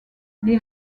les